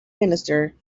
minister